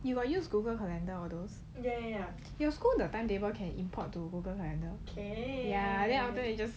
he will use google commander all those he will scroll the timetable can import to google commander